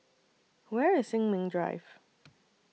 Where IS Sin Ming Drive